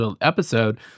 episode